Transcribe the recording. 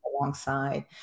alongside